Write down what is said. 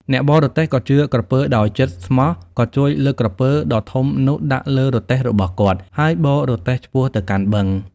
អ្នកបរទេះក៏ជឿក្រពើដោយចិត្តស្មោះក៏ជួយលើកក្រពើដ៏ធំនោះដាក់លើទេះរបស់គាត់ ហើយបរទេះឆ្ពោះទៅកាន់បឹង។